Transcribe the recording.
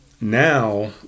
now